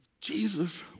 Jesus